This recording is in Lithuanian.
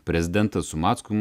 prezidentas su mackum